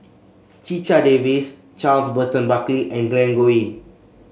Checha Davies Charles Burton Buckley and Glen Goei